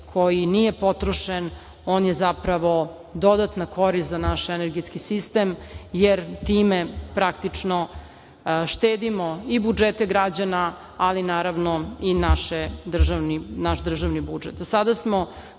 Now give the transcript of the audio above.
koji nije potrošen je zapravo dodatna korist za naš energetski sistem, jer time praktično štedimo i budžete građana, ali naravno i naš državni budžet. Do